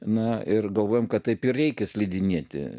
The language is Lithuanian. na ir galvojome kad taip ir reikia slidinėti